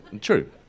true